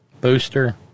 booster